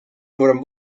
suurem